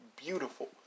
Beautiful